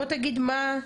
בוא תגיד מה,